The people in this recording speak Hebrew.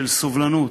של סובלנות,